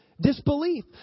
disbelief